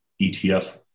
ETF